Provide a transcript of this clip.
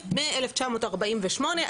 נימוקים להשחרה,